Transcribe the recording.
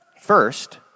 First